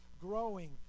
growing